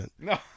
No